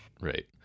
right